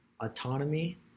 Autonomy